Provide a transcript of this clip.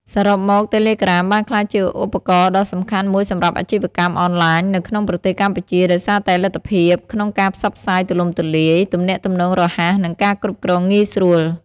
សរុបមក តេឡេក្រាមបានក្លាយជាឧបករណ៍ដ៏សំខាន់មួយសម្រាប់អាជីវកម្មអនឡាញនៅក្នុងប្រទេសកម្ពុជា ដោយសារតែលទ្ធភាពក្នុងការផ្សព្វផ្សាយទូលំទូលាយ ទំនាក់ទំនងរហ័ស និងការគ្រប់គ្រងងាយស្រួល។